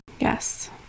yes